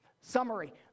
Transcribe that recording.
Summary